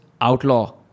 outlaw